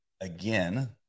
again